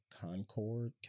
Concord